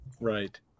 Right